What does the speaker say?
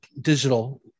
digital